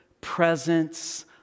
presence